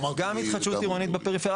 צריך גם התחדשות עירונית בפריפריה.